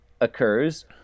occurs